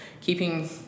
keeping